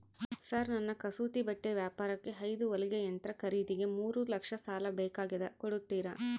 Sir ನನ್ನ ಕಸೂತಿ ಬಟ್ಟೆ ವ್ಯಾಪಾರಕ್ಕೆ ಐದು ಹೊಲಿಗೆ ಯಂತ್ರ ಖರೇದಿಗೆ ಮೂರು ಲಕ್ಷ ಸಾಲ ಬೇಕಾಗ್ಯದ ಕೊಡುತ್ತೇರಾ?